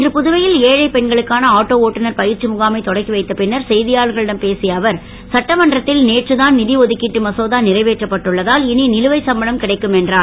இன்று புதுவையில் ஏழை பெண்களுக்கான ஆட்டோ ஒட்டுநர் பயிற்சி முகாமை தொடக்கி வைத்த பின்னர் செய்தியாளர்களிடம் பேசிய அவர் சட்டமன்றத்தில் நேற்று தான் நிதிஒதுக்கிட்டு மசோதா நிறைவேற்றப்பட்டுள்ளதால் இனி நிலுவை சம்பளம் கிடைக்கும் என்றார்